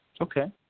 Okay